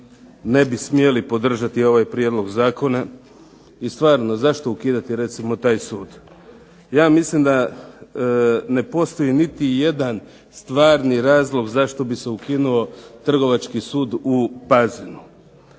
ne bi smjeli podržati ovaj prijedlog zakona i stvarno zašto ukidati recimo taj sud. Ja mislim da ne postoji niti jedan stvari razlog zašto bi se ukinuo Trgovačkom sudu u Pazinu.